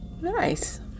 Nice